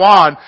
on